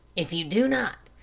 if you do not,